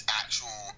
actual